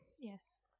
Yes